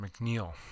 McNeil